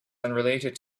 unrelated